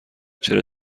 چرا